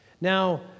Now